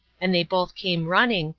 and they both came running,